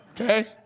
Okay